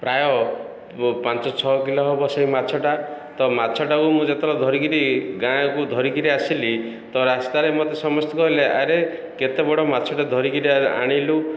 ପ୍ରାୟ ପାଞ୍ଚ ଛଅ କିଲୋ ହେବ ସେହି ମାଛଟା ତ ମାଛଟାକୁ ମୁଁ ଯେତେବେଳେ ଧରିକିରି ଗାଁକୁ ଧରିକିରି ଆସିଲି ତ ରାସ୍ତାରେ ମତେ ସମସ୍ତେ କହିଲେ ଆରେ କେତେ ବଡ଼ ମାଛଟା ଧରିକିରି ଆଣିଲୁ